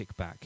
kickback